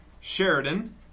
Sheridan